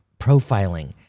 profiling